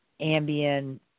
Ambien